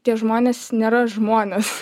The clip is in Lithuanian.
tie žmonės nėra žmonės